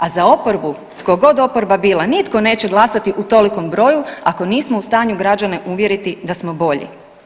A za oporbu, tko god oporba bila nitko neće glasati u tolikom broju ako nismo u stanju građane uvjeriti da smo bolji.